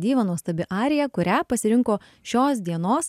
diva nuostabi arija kurią pasirinko šios dienos